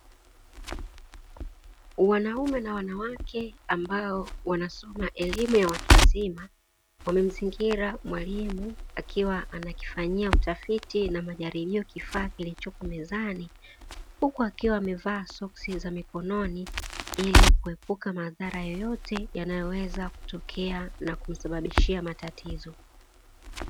Wanaume na wanawake ambao wanasoma elimu ya watu wazima, wamemzingira mwalimu akiwa anakifanyia utafiti na majaribio kifaa kilichopo mezani, huku akiwa amevaa soksi za mikononi ili kuepuka madhara yoyote yanayoweza kutokea na kumsababishia matatizo.